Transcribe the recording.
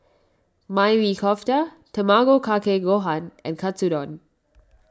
Maili Kofta Tamago Kake Gohan and Katsudon